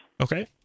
okay